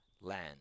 land